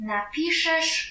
Napiszesz